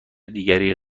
دیگری